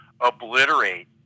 obliterate